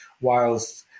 whilst